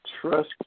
trust